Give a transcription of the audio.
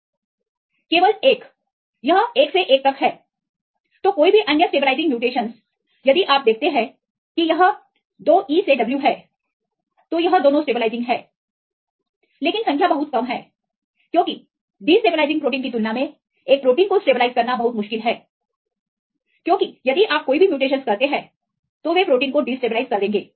केवल 1 यह 1 से 1तक है तो कोई भी अन्य स्टेबलाइजिंग म्यूटेशनस यदि आप देखते हैं कि यह 2 E से W है तो यह दोनों स्टेबलाइजिंग हैं लेकिन संख्या बहुत कम है क्योंकि डिस्टेबलाइजिंग प्रोटीन की तुलना में एक प्रोटीन को स्टेबलाइज करना बहुत मुश्किल है क्योंकि यदि आप कोई भी म्यूटेशनस करते हैं तो वे प्रोटीन को डिस्टेबलाइज कर देंगे